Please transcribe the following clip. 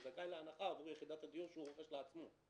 הוא זכאי להנחה עבור יחידת הדיור שהוא רוכש לעצמו.